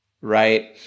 Right